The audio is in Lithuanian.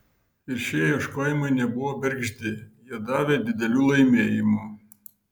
ir šie ieškojimai nebuvo bergždi jie davė didelių laimėjimų